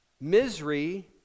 Misery